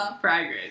progress